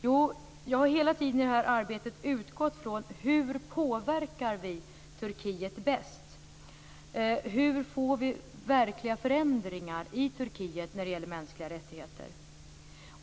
Jo, jag har hela tiden i det här arbetet utgått från hur vi påverkar Turkiet bäst. Hur får vi verkliga förändringar i Turkiet när det gäller mänskliga rättigheter?